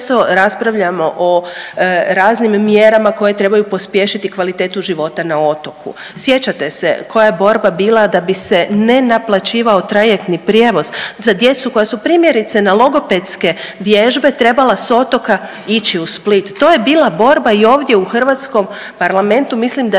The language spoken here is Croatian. ovdje često raspravljamo o raznim mjerama koje trebaju pospješiti kvalitetu života na otoku. Sjećate se koja je borba bila da bi se ne naplaćivao trajektni prijevoz za djecu koja su primjerice na logopedske vježbe trebale s otoka ići u Split. To je bila borba i ovdje u hrvatskom parlamentu. Mislim da je